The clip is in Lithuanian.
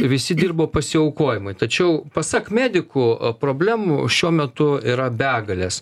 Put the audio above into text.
visi dirbo pasiaukojimui tačiau pasak medikų problemų šiuo metu yra begalės